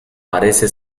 parece